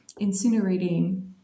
incinerating